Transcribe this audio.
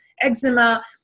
eczema